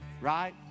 Right